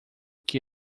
que